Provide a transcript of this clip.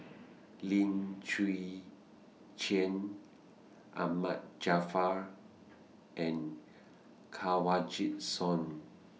Lim Chwee Chian Ahmad Jaafar and Kanwaljit Soin